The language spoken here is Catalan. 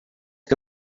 que